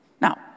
Now